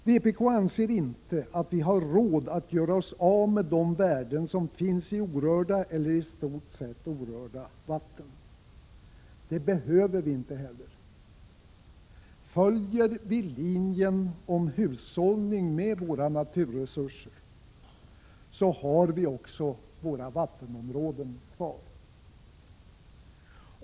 Vpk anser inte att vi har råd att göra oss av med de värden som finns i orörda eller i praktiskt taget orörda vatten. Det behöver vi inte heller. Följer vi linjen om hushållning med våra naturresurser har vi också våra vattenområden kvar.